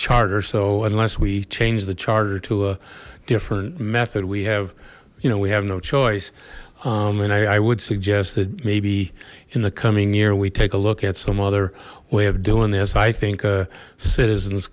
charter so unless we change the charter to a different method we have you know we have no choice and i would suggest that maybe in the coming year we take a look at some other way of doing this i think citizens